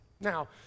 Now